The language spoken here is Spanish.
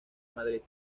madrid